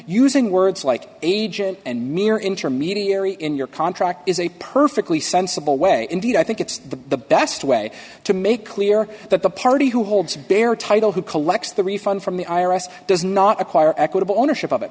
using words like agent and mere intermediary in your contract is a perfectly sensible way indeed i think it's the best way to make clear that the party who holds bear title who collects the refund from the i r s does not acquire equitable ownership of it